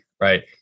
right